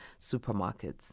supermarkets